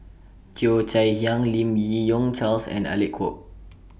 Cheo Chai Hiang Lim Yi Yong Charles and Alec Kuok